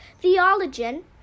theologian